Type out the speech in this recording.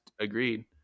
agreed